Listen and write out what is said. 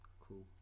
cool